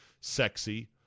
sexy